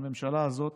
שהממשלה הזאת